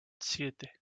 siete